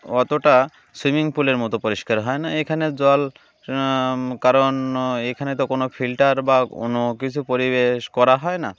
অতটা সুইমিং পুলের মতো পরিষ্কার হয় না এখানে জল কারণ এখানে তো কোনো ফিল্টার বা কোনো কিছু পরিবেশ করা হয় না